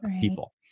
people